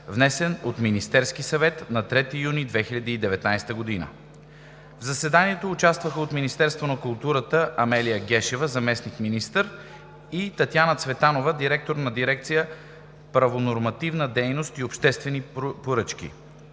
внесен от Министерския съвет на 3 юни 2019 г. В заседанието участваха – от Министерството на културата: Амелия Гешева – заместник-министър, и Татяна Цветанова – директор на дирекция „Правнонормативна дейност и обществени поръчки“;